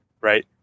Right